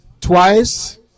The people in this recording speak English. Twice